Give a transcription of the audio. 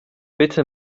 bitte